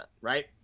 right